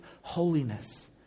holiness